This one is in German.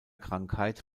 krankheit